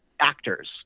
actors